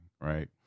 right